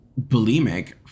bulimic